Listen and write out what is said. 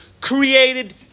created